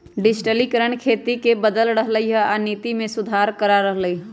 डिजटिलिकरण खेती के बदल रहलई ह आ नीति में सुधारो करा रह लई ह